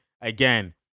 again